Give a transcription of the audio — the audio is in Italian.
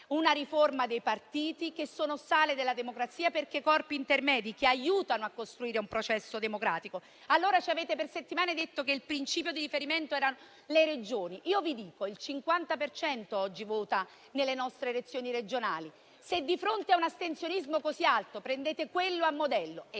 una riforma dei partiti, che sono il sale della democrazia, perché corpi intermedi che aiutano a costruire un processo democratico. Ci avete per settimane detto che il principio di riferimento erano le Regioni: io vi dico che il 50 per cento degli aventi diritto oggi vota nelle nostre elezioni regionali. Se di fronte a un astensionismo così alto prendete quello a modello